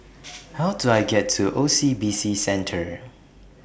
How Do I get to O C B C Centre